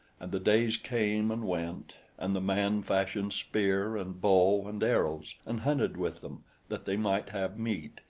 and the days came and went, and the man fashioned spear and bow and arrows and hunted with them that they might have meat,